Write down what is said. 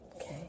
Okay